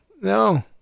no